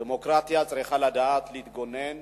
דמוקרטיה צריכה לדעת להתגונן